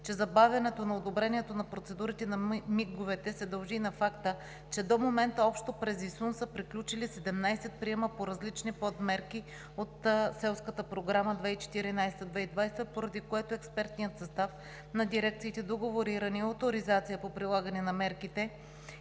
че забавянето на одобрението на процедурите на местните инициативни групи се дължи на факта, че до момента общо през ИСУН са приключили 17 приема по различни подмерки от Селската програма 2014 – 2020 г., поради което експертният състав на дирекциите по договориране и оторизация на мерките